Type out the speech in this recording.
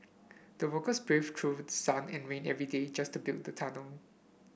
the workers braved through sun and rain every day just to build the tunnel